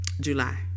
July